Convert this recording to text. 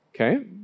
Okay